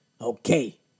Okay